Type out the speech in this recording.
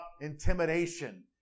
intimidation